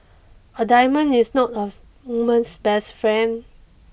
a diamond is not a woman's best friend